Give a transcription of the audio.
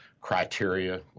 criteria